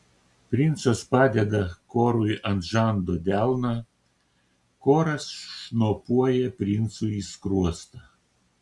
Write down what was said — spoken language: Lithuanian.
princas padeda korui ant žando delną koras šnopuoja princui į skruostą